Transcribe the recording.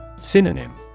Synonym